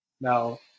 Now